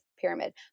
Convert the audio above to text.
pyramid